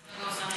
חבר הכנסת נגוסה,